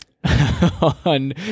on